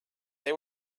they